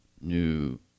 new